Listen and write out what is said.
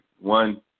One